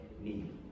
need